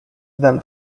than